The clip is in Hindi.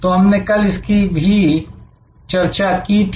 तो हमने कल इसकी भी चर्चा की थी